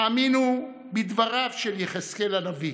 האמינו בדבריו של יחזקאל הנביא: